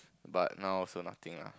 but now also nothing ah